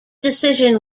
decision